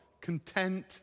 content